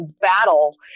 battle